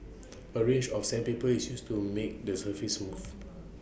A range of sandpaper is used to make the surface smooth